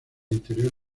interior